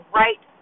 right